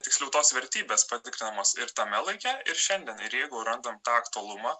tiksliau tos vertybės patikrinamos ir tame laike ir šiandien ir jeigu randam tą aktualumą